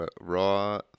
Raw